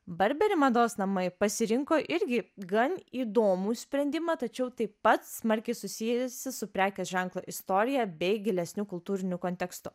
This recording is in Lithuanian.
burberry mados namai pasirinko irgi gan įdomų sprendimą tačiau taip pat smarkiai susijusį su prekės ženklo istorija bei gilesniu kultūriniu kontekstu